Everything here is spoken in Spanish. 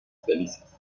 felices